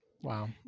Wow